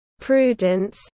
prudence